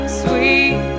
sweet